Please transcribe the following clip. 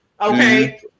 okay